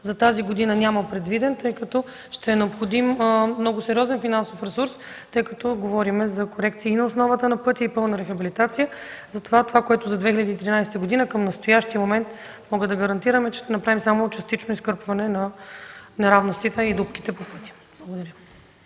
за тази година няма предвиден, тъй като още е необходим много сериозен такъв ресурс. Говорим за корекции и на основата на пътя и пълна рехабилитация. Това, което за 2013 г. към настоящия момент мога да гарантирам, е, че ще направим само частично изкърпване на неравностите и дупките. Благодаря.